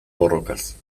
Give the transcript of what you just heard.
borrokaz